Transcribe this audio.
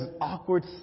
awkward